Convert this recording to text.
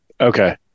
okay